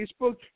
Facebook